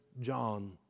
John